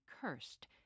Cursed